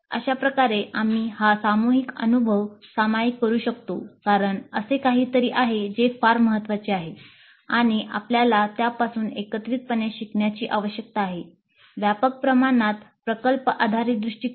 अशाप्रकारे आम्ही हा सामूहिक अनुभव सामायिक करू शकतो कारण असे काहीतरी आहे जे फार महत्वाचे आहे आणि आपल्याला त्यापासून एकत्रितपणे शिकण्याची आवश्यकता आहे व्यापक प्रमाणात प्रकल्प आधारित दृष्टीकोन